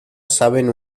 saben